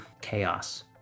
chaos